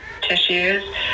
tissues